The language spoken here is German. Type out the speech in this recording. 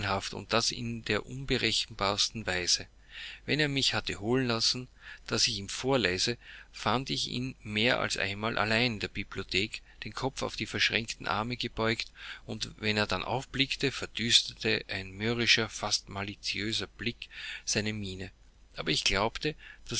und das in der unberechenbarsten weise wenn er mich hatte holen lassen daß ich ihm vorläse fand ich ihn mehr als einmal allein in der bibliothek den kopf auf die verschränkten arme gebeugt und wenn er dann aufblickte verdüsterte ein mürrischer fast maliziöser blick seine miene aber ich glaubte